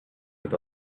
with